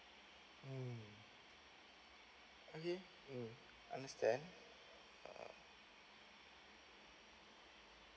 mm okay mm understand uh